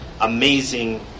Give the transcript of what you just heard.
amazing